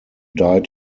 died